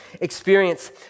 experience